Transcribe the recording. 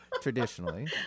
Traditionally